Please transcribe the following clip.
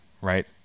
right